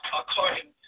according